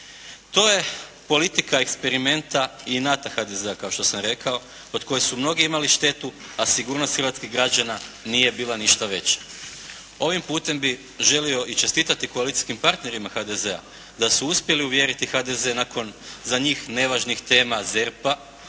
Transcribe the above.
To je politika eksperimenta i inata HDZ-a kao što sam rekao, od kojeg su mnogi imali štetu, a sigurnost hrvatskih građana nije bila ništa veća. Ovim putem bi želio i čestitati koalicijskim partnerima HDZ-a, da su uspjeli uvjeriti HDZ nakon za njih nevažnih tema ZERP-a,